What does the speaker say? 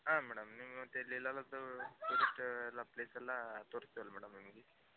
ಹಾಂ ಮೇಡಮ್ ನಿಮ್ಗೆ ಮತ್ತೆ ಇಲ್ಲಿ ಇಲ್ಲೆಲ್ಲ ಟೂರಿಸ್ಟ್ ಎಲ್ಲ ಪ್ಲೇಸೆಲ್ಲ ತೋರಿಸ್ತಿವಲ್ಲ ಮೇಡಮ್ ನಿಮಗೆ